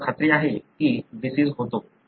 तुम्हाला खात्री आहे की डिसिज होतो